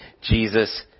Jesus